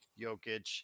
Jokic